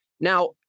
now